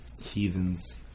Heathens